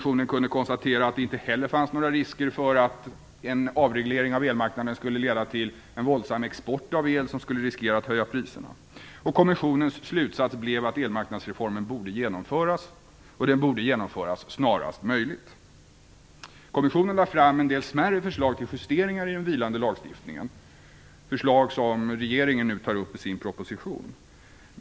Inte heller fanns det några risker för att en avreglering av elmarknaden skulle leda till en våldsam export av el som skulle riskera att priserna höjdes. Kommissionens slutsats blev att elmarknadsreformen borde genomföras och det snarast möjligt. Kommissionen lade fram en del smärre förslag till justeringar i den vilande lagstiftningen som regeringen nu tar upp i sin proposition.